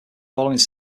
following